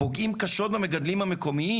פוגעים קשות במגדלים המקומיים.